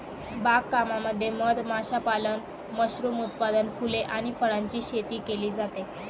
बाग कामामध्ये मध माशापालन, मशरूम उत्पादन, फुले आणि फळांची शेती केली जाते